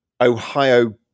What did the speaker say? Ohio